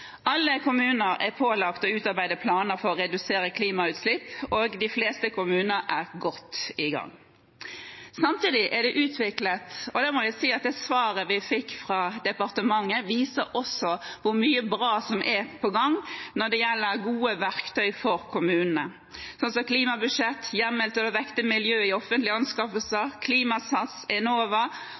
Alle kommuner er pålagt å utarbeide planer for å redusere klimagassutslipp, og de fleste er godt i gang. Jeg må si at det svaret vi fikk fra departementet, viser hvor mye bra som er på gang når det gjelder gode verktøy for kommunene, som klimabudsjett, hjemmel til å vekte miljø i offentlige anskaffelser, Klimasats, Enova